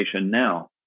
now